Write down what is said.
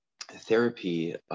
therapy